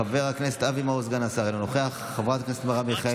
חבר הכנסת משה טור פז,